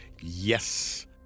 yes